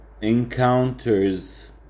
encounters